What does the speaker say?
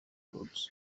goods